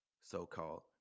so-called